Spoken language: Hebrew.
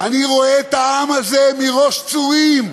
אני רואה את העם מראש צורים,